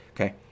okay